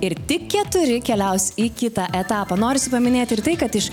ir tik keturi keliaus į kitą etapą norisi paminėti ir tai kad iš